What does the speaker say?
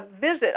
visit